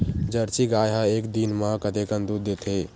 Jersey गाय ह एक दिन म कतेकन दूध देथे?